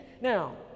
now